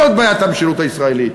זו בעיית המשילות הישראלית.